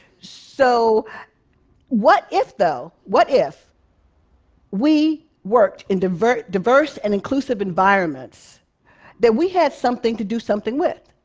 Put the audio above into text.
so what if, though, what if we worked in diverse diverse and inclusive environments that we had something to do something with?